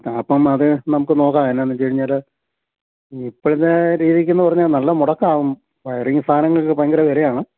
ആ അപ്പോള് അതു നമുക്കു നോക്കാം എന്നാന്നുവച്ചുകഴിഞ്ഞാല് ഇപ്പോഴത്തെ രീതിക്കെന്നു പറഞ്ഞാല് നല്ല മൊടക്കാവും വയറിങ് സാധനങ്ങൾക്ക് ഭയങ്കര വിലയാണ്